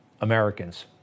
Americans